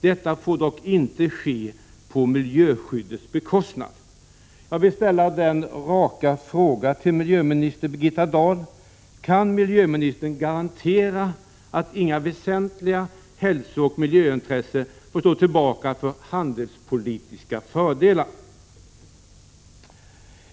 Detta får dock inte ske på miljöskyddets bekostnad. Jag vill ställa en rak fråga till miljöminister Birgitta Dahl: Kan miljöministern garantera att inga väsentliga hälsooch miljöintressen får stå tillbaka för handelspolitiska fördelar?